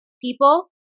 people